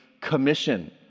Commission